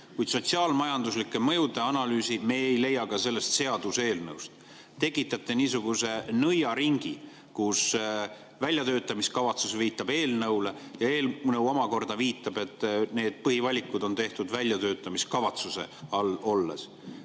kuid sotsiaal-majanduslike mõjude analüüsi me ei leia ka sellest seaduseelnõust. Tekitate niisuguse nõiaringi, kus väljatöötamiskavatsus viitab eelnõule ja eelnõu omakorda viitab, et need põhivalikud on tehtud väljatöötamiskavatsuse all.